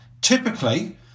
Typically